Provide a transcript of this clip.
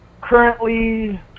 currently